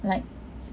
like